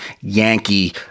Yankee